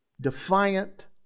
defiant